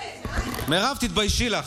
מירב, תתביישי לך.